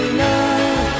love